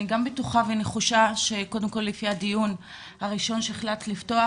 אני גם בטוחה ונחושה שקודם כל לפי הדיון הראשון שהחלטת לפתוח,